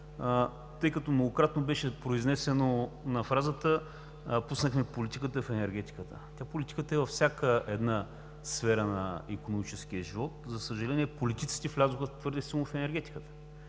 Многократно беше произнесена фразата „пуснахме политиката в енергетиката“. Тя, политиката, е във всяка една сфера на икономическия живот. За съжаление, политиците влязоха твърде силно в енергетиката.